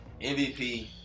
MVP